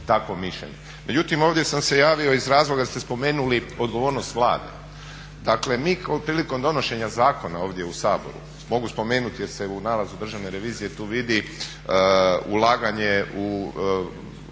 takvo mišljenje. Međutim, ovdje sam se javio iz razloga jer ste spomenuli odgovornost Vlade. Dakle mi prilikom donošenja zakona ovdje u Saboru, mogu spomenuti jer se u nalazu državne revizije tu vidi ulaganje u